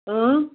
اۭں